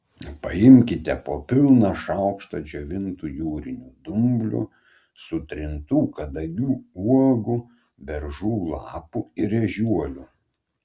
paimkite po pilną šaukštą džiovintų jūrinių dumblių sutrintų kadagių uogų beržų lapų ir ežiuolių